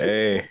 Hey